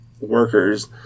workers